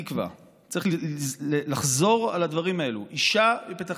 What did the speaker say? צריך לחזור על הדברים האלו: אישה בפתח